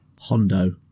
Hondo